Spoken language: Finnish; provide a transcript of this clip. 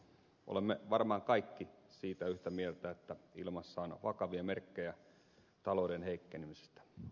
olemme varmaan kaikki siitä yhtä mieltä että ilmassa on vakavia merkkejä talouden heikkenemisestä